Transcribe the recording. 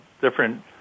different